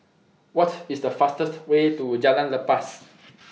What IS The fastest Way to Jalan Lepas